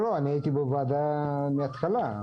אני הייתי בוועדה מהתחלה.